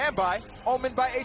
and by omen by